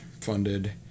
funded